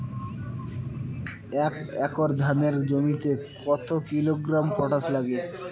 এক একর ধানের জমিতে কত কিলোগ্রাম পটাশ লাগে?